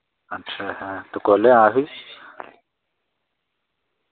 अच्छा अच्छा ते कुले आं फ्ही